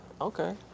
okay